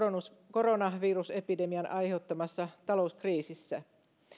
koronavirusepidemian aiheuttamassa talouskriisissä